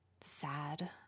sad